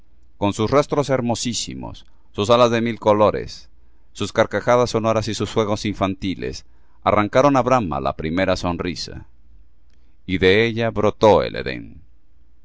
con sus rostros hermosísimos sus alas de mil colores sus carcajadas sonoras y sus juegos infantiles arrancaron á brahma la primera sonrisa y de ella brotó el edén